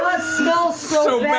smells so